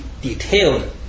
detailed